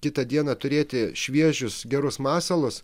kitą dieną turėti šviežius gerus masalus